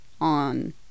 on